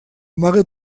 amaga